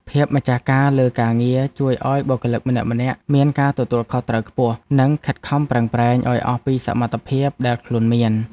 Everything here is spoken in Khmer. ភាពម្ចាស់ការលើការងារជួយឱ្យបុគ្គលិកម្នាក់ៗមានការទទួលខុសត្រូវខ្ពស់ និងខិតខំប្រឹងប្រែងឱ្យអស់ពីសមត្ថភាពដែលខ្លួនមាន។